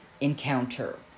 encounter